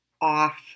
off